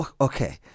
Okay